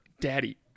daddy